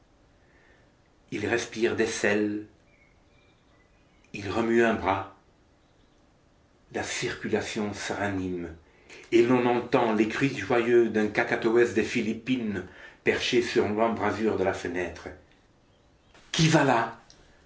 il respire des sels il remue un bras la circulation se ranime et l'on entend les cris joyeux d'un kakatoès des philippines perché sur l'embrasure de la fenêtre qui va là